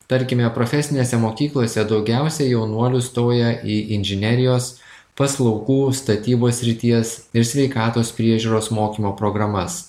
tarkime profesinėse mokyklose daugiausiai jaunuolių stoja į inžinerijos paslaugų statybos srities ir sveikatos priežiūros mokymo programas